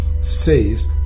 says